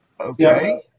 okay